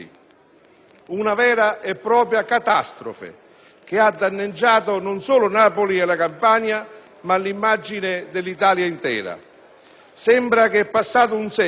una vera e propria catastrofe, che ha danneggiato non solo Napoli e la Campania, ma l'immagine dell'Italia intera. Sembra passato un secolo,